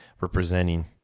representing